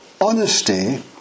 honesty